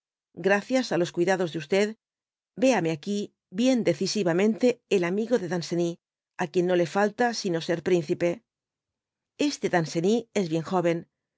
gracias á los cuidados de ydame aquí bien decisivamente el amigo de danceny y á quien no le falta sino ser principe este danceny es bien joven